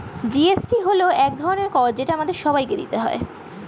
GST হল এক ধরনের কর যেটা আমাদের সবাইকে দিতে হয়